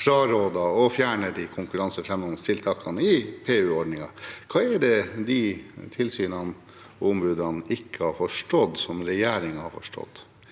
frarådet å fjerne de konkurransefremmende tiltakene i PU-ordningen. Hva er det de tilsynene og ombudene ikke har forstått, som regjeringen har forstått?